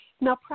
Now